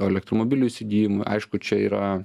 elektromobilių įsigijimui aišku čia yra